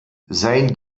sein